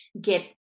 get